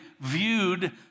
viewed